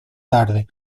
tarde